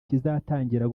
kizatangira